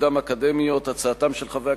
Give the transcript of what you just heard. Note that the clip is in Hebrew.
הדין הפלילי (תיקון מס' 60),